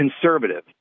conservative